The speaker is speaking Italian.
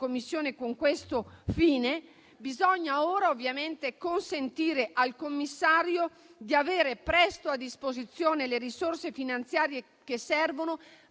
Commissione con questo fine. Bisogna ora ovviamente consentire al commissario di avere presto a disposizione le risorse finanziarie che servono